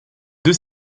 deux